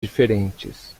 diferentes